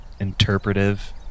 interpretive